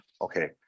Okay